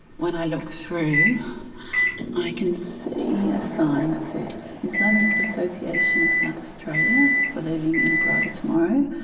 when i look through i can see a sign that says islamic association of south australia, believing in a brighter tomorrow',